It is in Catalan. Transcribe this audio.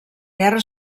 guerra